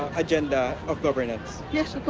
agenda of governance. yeah